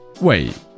Wait